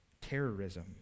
terrorism